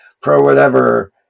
pro-whatever